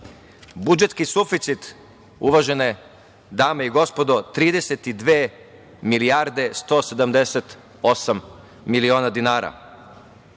Budžetski suficit, uvažene dame i gospodo, 32 milijarde 178 miliona dinara.